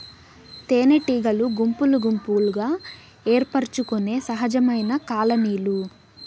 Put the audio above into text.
తేనెటీగలు గుంపులు గుంపులుగా ఏర్పరచుకొనే సహజమైన కాలనీలు